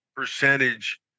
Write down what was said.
percentage